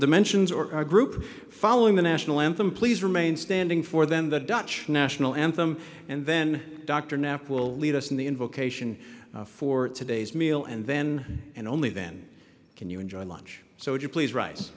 dimensions or our group following the national anthem please remain standing for then the dutch national anthem and then dr knapp will lead us in the invocation for today's meal and then and only then can you enjoy lunch so if you please ri